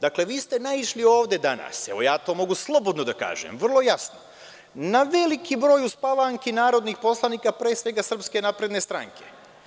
Dakle, vi ste naišli ovde danas, evo, ja to mogu slobodno da kažem, vrlo jasno, na veliki broj uspavanki narodnih poslanika, pre svega SNS-a.